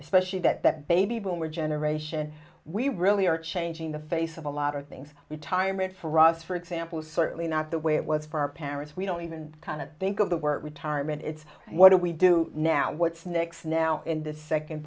especially that that baby boomer generation we really are changing the face of a lot of things retirement for us for example certainly not the way it was for our parents we don't even kind of think of the work retirement it's what do we do now what's next now in the second